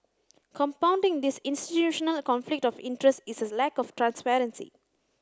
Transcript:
compounding this institutional conflict of interest is a lack of transparency